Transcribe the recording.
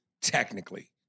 technically